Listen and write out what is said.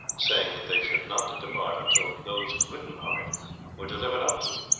saying that they should not depart until those written on it were delivered up to them.